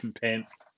pants